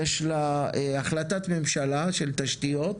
יש לה החלטת ממשלה של תשתיות,